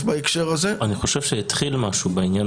בהקשר הזה --- אני חושב שהתחיל משהו בעניין,